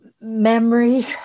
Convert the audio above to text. memory